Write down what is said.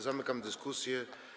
Zamykam dyskusję.